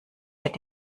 wird